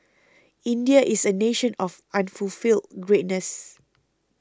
India is a nation of unfulfilled greatness